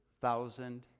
thousand